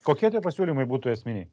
kokie tie pasiūlymai būtų esminiai